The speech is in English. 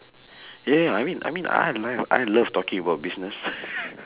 ya ya I mean I mean I like I love talking about business